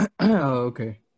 Okay